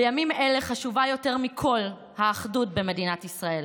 בימים אלה חשובה יותר מכול האחדות במדינת ישראל,